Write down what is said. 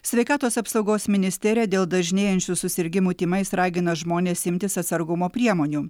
sveikatos apsaugos ministerija dėl dažnėjančių susirgimų tymais ragina žmones imtis atsargumo priemonių